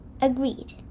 agreed